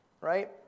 right